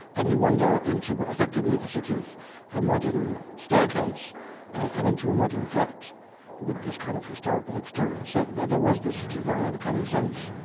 and you wander into effectively a sort of a modern staircase and into a modern flat with this kind of historical exterior. so there was this sort of very uncanny sense.